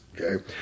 okay